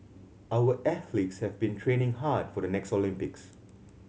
our athletes have been training hard for the next Olympics